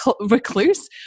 recluse